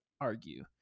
argue